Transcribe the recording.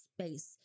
space